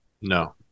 No